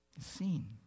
seen